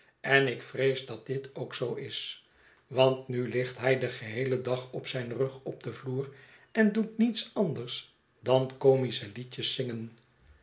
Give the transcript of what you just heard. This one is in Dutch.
en ik vrees dat dit ook zoo is want nu ligt hij den geheelen dag op zijn rug op den vloer en doet niets anders dan comische liedjes zingenf